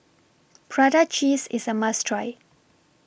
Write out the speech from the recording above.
Prata Cheese IS A must Try